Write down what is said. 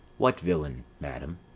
what villain, madam?